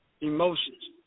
emotions